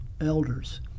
elders